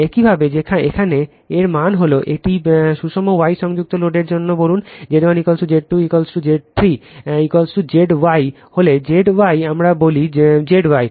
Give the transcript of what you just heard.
একইভাবে এখানে এর মানে হল যে একটি সুষম Y সংযুক্ত লোডের জন্য বলুন Z1 Z2 Z 3 Z Y হল Z Y আমরা বলি Z Y